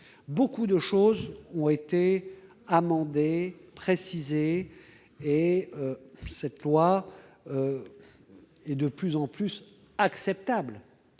Beaucoup de points ont été modifiés, précisés, et ce texte est de plus en plus acceptable.